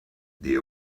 the